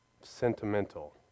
sentimental